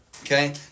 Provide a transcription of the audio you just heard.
Okay